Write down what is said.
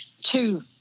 two